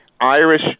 Irish